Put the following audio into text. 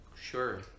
Sure